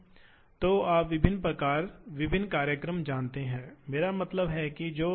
फिर आपको स्वाभाविक रूप से आपको प्रतिक्रिया की आवश्यकता है ताकि आपके पास हो